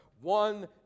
One